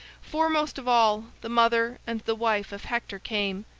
foremost of all, the mother and the wife of hector came,